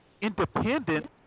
independent